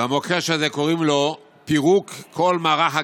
והמוקש הזה, קוראים לו פירוק כל מערך הדיור.